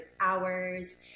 hours